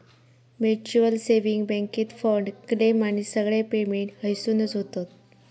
mutual saving बॅन्केत fund, claim आणि सगळे पेमेंट हयसूनच होतत